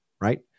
right